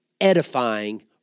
edifying